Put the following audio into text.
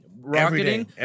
rocketing